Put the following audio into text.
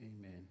amen